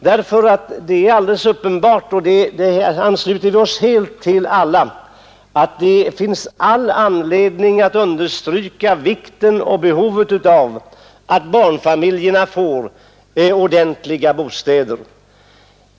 Det är alldeles uppenbart — det ansluter vi oss alla helt till — att det finns anledning att understryka vikten och behovet av att barnfamiljerna får ordentliga bostäder.